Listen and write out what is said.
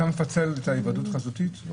אתה מפצל את ההיוועדות חזותית?